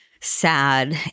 Sad